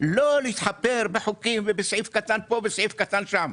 לא להתחפר בחוקים ובסעיף קטן פה ובסעיף קטן שם.